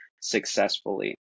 successfully